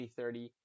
2030